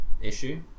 issue